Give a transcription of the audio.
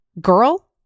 girl